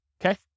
okay